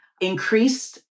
increased